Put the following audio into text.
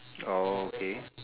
oh okay